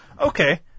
okay